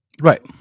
right